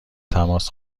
تماس